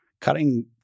cutting